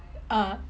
ah